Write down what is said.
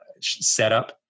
setup